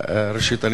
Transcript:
ראשית,